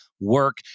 work